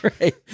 Right